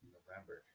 November